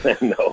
No